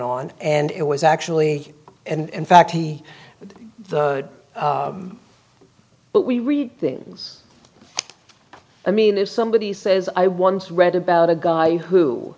on and it was actually and fact he but we read things i mean if somebody says i once read about a guy who